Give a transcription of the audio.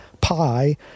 PI